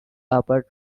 upper